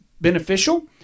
beneficial